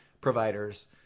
providers –